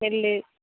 நெல்